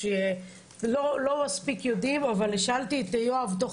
לא מספיק יודעים אבל שאלתי את יואב תוך